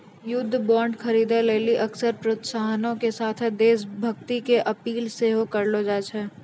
युद्ध बांड खरीदे लेली अक्सर प्रोत्साहनो के साथे देश भक्ति के अपील सेहो करलो जाय छै